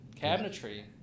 Cabinetry